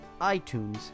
iTunes